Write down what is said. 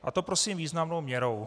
A to prosím významnou měrou.